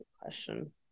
question